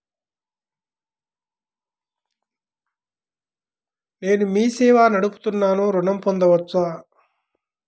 నేను మీ సేవా నడుపుతున్నాను ఋణం పొందవచ్చా?